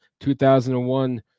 2001